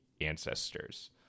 Ancestors